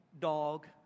dog